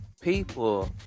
People